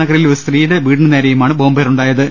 നഗറിൽ ഒരു സ്ത്രീയുടെ വീടിന് നേരെയുമാണ് ബോംബേറുണ്ടായത്